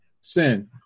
sin